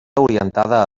orientada